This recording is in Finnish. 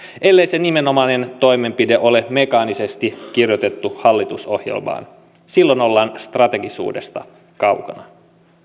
ellei se nimenomainen toimenpide ole mekaanisesti kirjoitettu hallitusohjelmaan silloin ollaan strategisuudesta kaukana